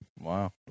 Wow